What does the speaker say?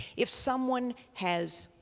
if someone has